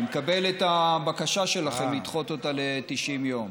אני מקבל את הבקשה שלכם לדחות אותה ב-90 יום.